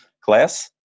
class